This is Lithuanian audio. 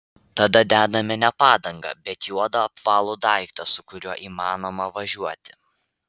tada dedame ne padangą bet juodą apvalų daiktą su kuriuo įmanoma važiuoti